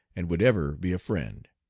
and would ever be a friend.